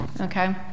okay